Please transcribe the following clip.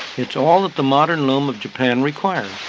it's all that the modern loom of japan requires.